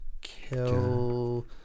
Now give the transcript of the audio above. kill